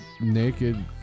naked